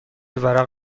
ورق